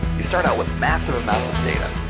we start out with massive amounts of data.